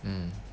mm